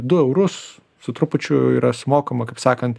du eurus su trupučiu yra sumokama kaip sakant